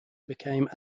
became